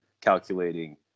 calculating